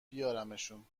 بیارمشون